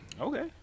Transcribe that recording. Okay